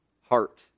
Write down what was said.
heart